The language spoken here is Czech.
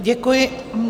Děkuji.